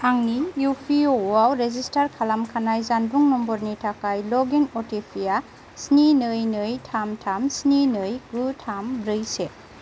आंनि E P F अ आव रेजिस्टार खालामखानाय जानबुं नम्बरनि थाखाय log in O T P आ स्नि नै नै थाम थाम स्नि नै गु थाम ब्रै से